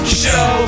show